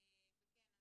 וכן,